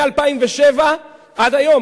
מ-2007 עד היום,